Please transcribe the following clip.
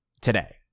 today